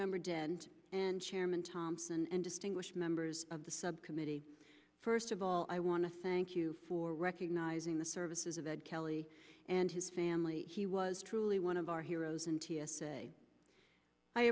member did and chairman thompson and distinguished members of the subcommittee first of all i want to thank you for recognizing the services of kelly and his family he was truly one of our heroes and t